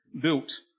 built